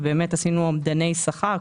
ובאמת עשינו אומדני שכר,